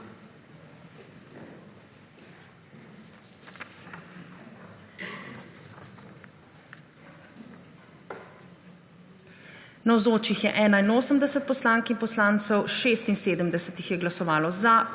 Navzočih je 81 poslank in poslancev, za jih je glasovalo 76,